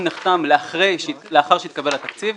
הסיכום נחתם לאחר שהתקבל התקציב.